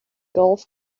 golf